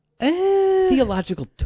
Theological